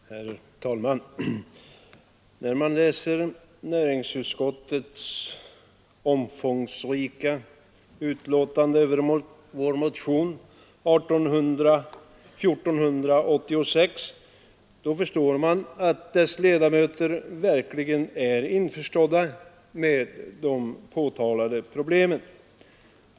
Herr talman! Då man läser näringsutskottets omfångsrika betänkande över vår motion 1486 förstår man att utskottets ledamöter verkligen är införstådda med de påtalade problemen.